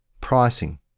Pricing